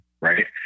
Right